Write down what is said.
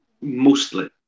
mostly